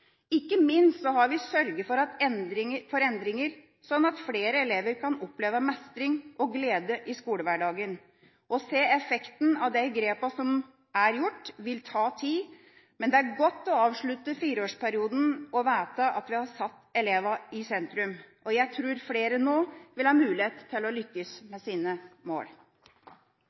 Ikke minst har vi sørget for endringer, sånn at flere elever kan oppleve mestring og glede i skolehverdagen. Å se effekten av de grepene som er gjort, vil ta tid. Men det er godt å avslutte fireårsperioden og vite at vi har satt elevene i sentrum. Jeg tror flere nå vil ha mulighet til å lykkes med sine mål.